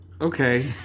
Okay